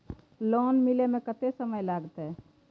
Loan मिले में कत्ते समय लागते?